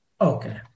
Okay